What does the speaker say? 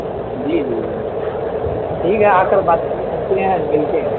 جی جی جی ٹھیک ہے آ کر بات چلیے کرتے ہیں ملتے ہیں